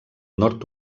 nord